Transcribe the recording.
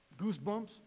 goosebumps